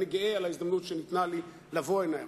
אני גאה על ההזדמנות שניתנה לי לבוא הנה.